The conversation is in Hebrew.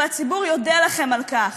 והציבור יודה לכם על כך.